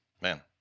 man